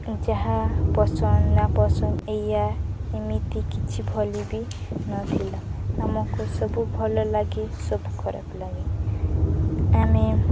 ଯାହା ପସନ୍ଦ ନାପସନ୍ଦ ଏଇୟା ଏମିତି କିଛି ଭଳି ବି ନଥିଲା ଆମକୁ ସବୁ ଭଲ ଲାଗେ ସବୁ ଖରାପ ଲାଗେ ଆମେ